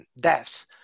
death